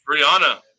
Brianna